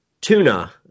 Tuna